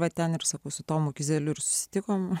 va ten ir sakau su tomu kizeliu susitikome